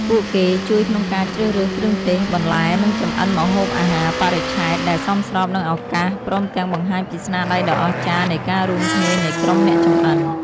ពួកគេជួយក្នុងការជ្រើសរើសគ្រឿងទេស បន្លែ និងចម្អិនម្ហូបអាហារបរិច្ឆេទ ដែលសមស្របនឹងឱកាស ព្រមទាំងបង្ហាញពីស្នាដៃដ៏អស្ចារ្យនៃការរួមគ្នានៃក្រុមអ្នកចម្អិន។